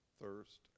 thirst